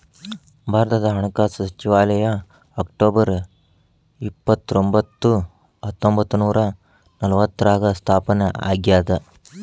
ಭಾರತದ ಹಣಕಾಸು ಸಚಿವಾಲಯ ಅಕ್ಟೊಬರ್ ಇಪ್ಪತ್ತರೊಂಬತ್ತು ಹತ್ತೊಂಬತ್ತ ನೂರ ನಲವತ್ತಾರ್ರಾಗ ಸ್ಥಾಪನೆ ಆಗ್ಯಾದ